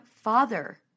father